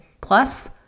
plus